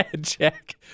Jack